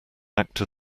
act